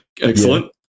excellent